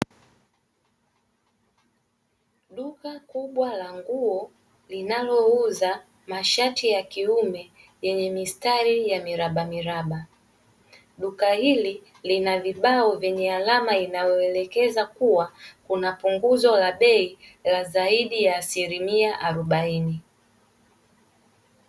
Duka kubwa la nguo linalouza mashati ya kiume yenye mistari ya mirabamiraba. Duka hili lina vibao vyenye alama inayoelekeza kuwa kuna punguzo la bei la zaidi ya asilimia arobaini.